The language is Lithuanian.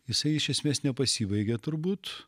jisai iš esmės nepasibaigė turbūt